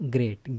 Great